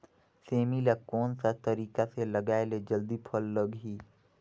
सेमी ला कोन सा तरीका से लगाय ले जल्दी फल लगही?